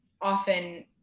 often